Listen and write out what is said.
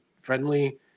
friendly